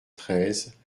treize